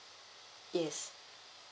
yes